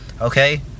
okay